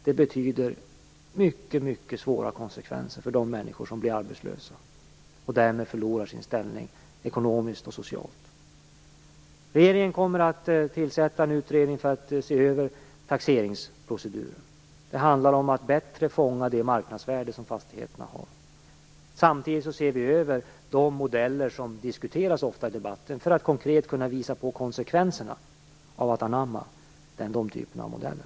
Det får mycket svåra konsekvenser för de människor som blir arbetslösa och därmed förlorar sin ställning ekonomiskt och socialt. Regeringen kommer att tillsätta en utredning för att se över taxeringsproceduren. Det handlar om att bättre fånga det marknadsvärde som fastigheterna har. Samtidigt ser vi över de modeller som ofta diskuteras i debatten för att konkret kunna visa på konsekvenserna av att anamma de typerna av modeller.